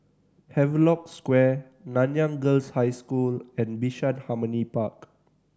Havelock Square Nanyang Girls' High School and Bishan Harmony Park